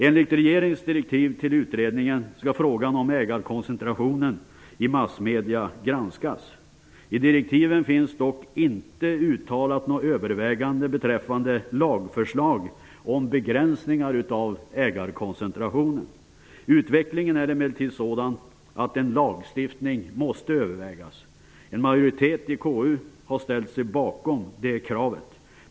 Enligt regeringens direktiv till utredningen skall frågan om ägarkoncentrationen i massmedierna granskas. I direktiven finns dock inte uttalat något övervägande beträffande lagförslag om begränsningar av ägarkoncentrationen. Utvecklingen är emellertid sådan att en lagstiftning måste övervägas. En majoritet i KU har ställt sig bakom det kravet.